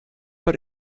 but